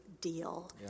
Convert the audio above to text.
deal